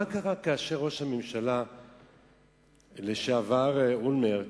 מה קרה כאשר ראש הממשלה לשעבר אולמרט,